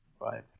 Right